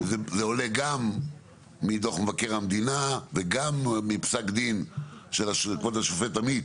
שזה עולה גם מדוח מבקר המדינה וגם מפסק דין של כבוד השופט עמית,